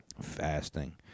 Fasting